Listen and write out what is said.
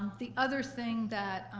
the other thing that